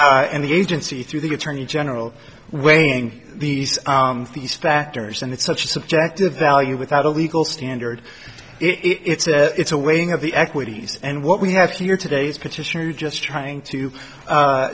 and the agency through the attorney general weighing these these factors and it's such a subjective value without a legal standard it's a it's a weighing of the equities and what we have here today's petitioner just trying to